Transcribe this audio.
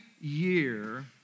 year